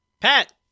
Pat